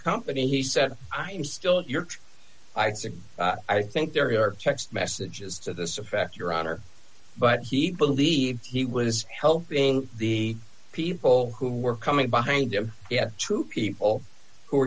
company he said i'm still your i think there are text messages to this effect your honor but he believed he was helping the people who were coming behind him to people who